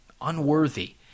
unworthy